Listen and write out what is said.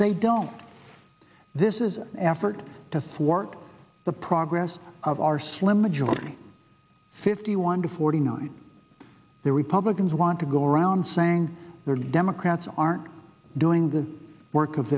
they don't this is an effort to thwart the progress of our slim majority fifty one to forty nine the republicans want to go around saying they're democrats aren't doing the work of